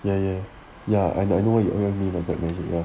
ya ya ya I I know you mean black magic ya